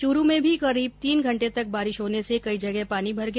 चूरू में भी करीब तीन घंटे तक बारिश होने से कई जगह पानी भर गया